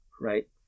Right